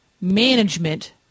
management